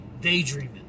daydreaming